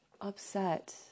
upset